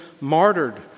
martyred